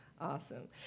Awesome